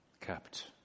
Kept